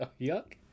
Yuck